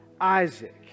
Isaac